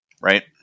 right